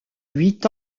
huit